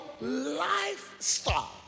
lifestyle